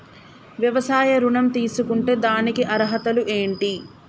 వ్యవసాయ ఋణం తీసుకుంటే దానికి అర్హతలు ఏంటి?